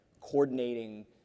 coordinating